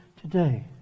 today